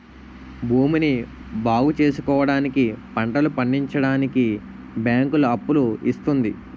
భూమిని బాగుచేసుకోవడానికి, పంటలు పండించడానికి బ్యాంకులు అప్పులు ఇస్తుంది